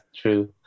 true